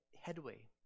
headway